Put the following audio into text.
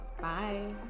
Bye